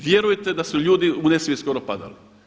Vjerujte da su ljudi u nesvijest skoro padali.